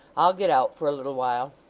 i'll get out for a little while